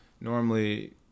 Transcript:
normally